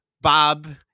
Bob